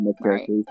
Right